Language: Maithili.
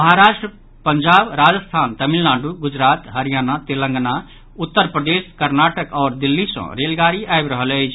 महाराष्ट्र पंजाब राजस्थान तमिलनाडू गुजरात हरियाणा तेलंगाना उत्तर प्रदेश कर्नाटक आओर दिल्ली सँ रेलगाड़ी आबि रहल अछि